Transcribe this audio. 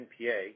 NPA